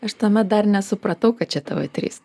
aš tuomet dar nesupratau kad čia tv trys